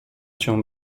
cię